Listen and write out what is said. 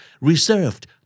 reserved